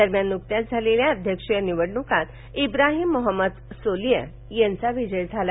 दरम्यान नुकत्याच झालेल्या अध्यक्षिय निवडणुकीत इब्राहीम मोहोम्मद सोलिह यांचा विजय झाला